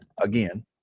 again